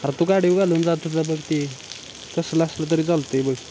अरे तू गाडीवर घालून जातो जा बघ की तसलं असलं तरी चालत आहे बघ